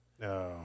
No